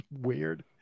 weird